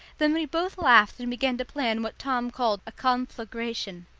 then we both laughed and began to plan what tom called a conflagration.